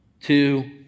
two